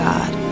God